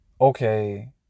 okay